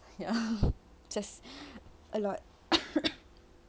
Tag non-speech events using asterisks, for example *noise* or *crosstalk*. ya just a lot *coughs*